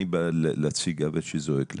אני בא להציג עוול שזועק לשמים.